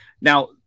Now